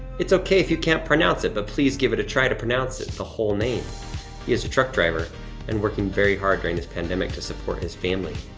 it's okay if you can't pronounce it but please give it a try to pronounce it, the whole name. he is a truck driver and working very hard during this pandemic to support his family.